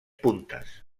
puntes